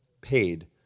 paid